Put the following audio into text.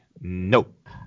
Nope